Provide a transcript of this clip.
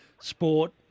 Sport